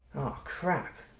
crap.